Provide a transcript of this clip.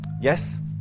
Yes